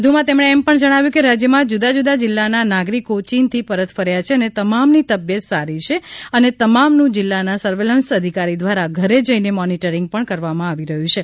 વધુમાં તેમણે એમ પણ જણાવ્યુ છે કે રાજ્યમાં જુદા જુદા જીલ્લાનાં નાગરિકો ચીનથી પરત ફર્યા છે અને તમામની તબિયત સારી છે અને તમામનું જીલ્લાના સર્વેલન્સ અધિકારી દ્વારા ઘરે જઇને મોનિટરીંગ પણ કરવામાં આવી રહ્ય છે